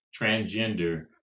transgender